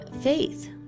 faith